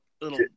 little